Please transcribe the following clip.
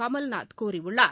கமல்நாத் கூறியுள்ளார்